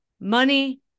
money